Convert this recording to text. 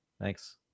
thanks